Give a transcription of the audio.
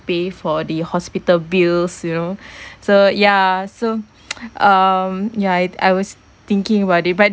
pay for the hospital bills you know so yeah so um yeah I I was thinking about it but